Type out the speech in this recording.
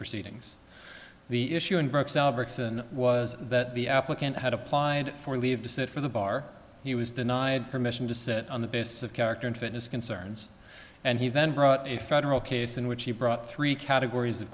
proceedings the issue in burke's albertson was that the applicant had applied for leave to sit for the bar he was denied permission to sit on the basis of character and fitness concerns and he then brought a federal case in which he brought three categories of